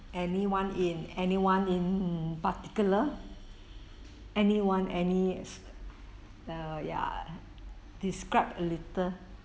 anyone in anyone in particular anyone any uh ya described a little